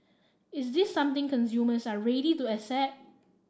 is this something consumers are ready to accept